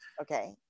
Okay